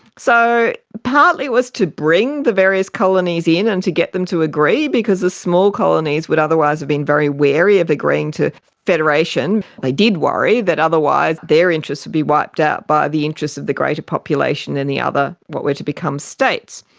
so partly it was to bring the various colonies in and to get them to agree, because the small colonies would otherwise have been very wary of agreeing to federation. they did worry that otherwise their interests would be wiped out by the interests of the greater population in the other what were to become states.